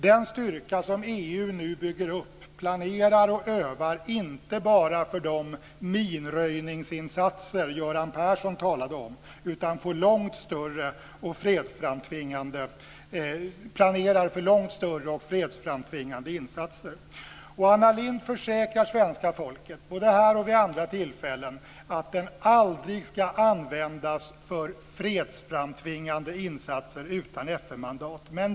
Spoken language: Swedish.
Den styrka som EU nu bygger upp planerar och övar inte bara för de minröjningsinsatser som Göran Persson talade om utan för långt större och fredsframtvingande insatser. Anna Lindh försäkrar svenska folket både här och vid andra tillfällen att den aldrig ska användas för fredsframtvingande insatser utan FN-mandat.